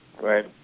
Right